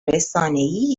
رسانهای